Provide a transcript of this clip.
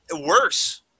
worse